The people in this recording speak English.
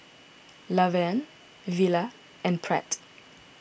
Lavern Villa and Pratt